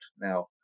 now